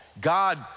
God